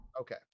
Okay